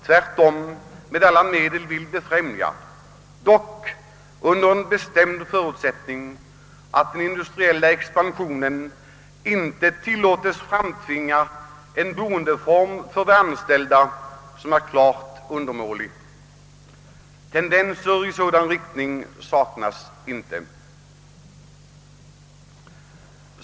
Tvärtom vill vi med alla medel befrämja denna — dock under den bestämda förutsättningen att den industriella expansionen inte tillåts framtvinga en boendeform för de anställda som är klart undermålig. Tendenser i sådan riktning saknas inte.